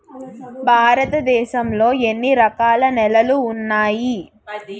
భారతదేశం లో ఎన్ని రకాల నేలలు ఉన్నాయి?